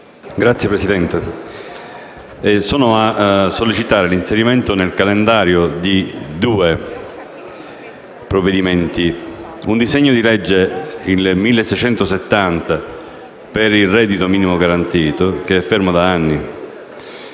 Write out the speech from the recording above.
Signor Presidente, sono a sollecitare l'inserimento in calendario di due provvedimenti: il disegno di legge n. 1670 per il reddito minimo garantito, che è fermo da anni,